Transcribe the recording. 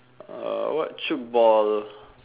what chute ball